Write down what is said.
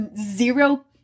zero